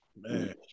Man